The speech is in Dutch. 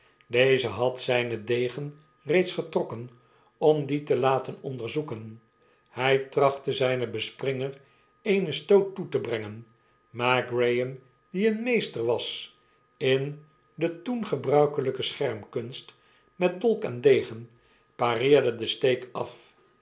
deze had zynen degen reeds getrokken om dien te laten onderzoeken htj trachtte zpen bespringer eenen stoot toe te brengen maar graham die een meester was in de toen gebruikelijke schermkunst met dolk en degen pareerde den steek af